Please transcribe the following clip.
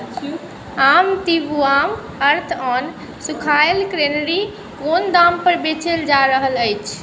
आब तीन बुआम अर्थऑन सूखायल क्रैनबेरी कोन दाम पर बेचल जा रहल अछि